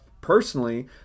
personally